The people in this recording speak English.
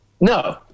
No